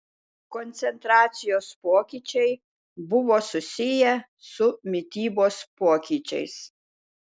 koncentracijos pokyčiai buvo susiję su mitybos pokyčiais